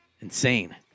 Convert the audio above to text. insane